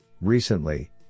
Recently